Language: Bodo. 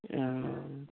अ